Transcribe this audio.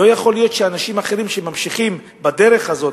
לא יכול להיות שאנשים אחרים שממשיכים בדרך הזאת,